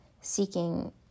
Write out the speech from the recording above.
seeking